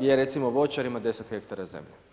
je recimo voćar, ima 10 hektara zemlje.